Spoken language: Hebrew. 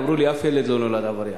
הם אמרו לי: אף ילד לא נולד עבריין.